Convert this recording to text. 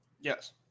Yes